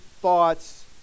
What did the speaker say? thoughts